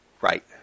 Right